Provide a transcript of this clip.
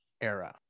era